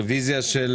הצבעה לא אושר.